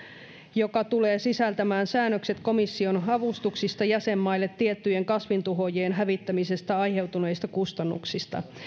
joka tulee sisältämään säännökset komission avustuksista jäsenmaille tiettyjen kasvintuhoojien hävittämisestä aiheutuneista kustannuksista